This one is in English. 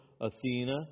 Athena